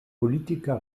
politika